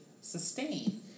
sustain